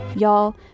Y'all